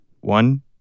One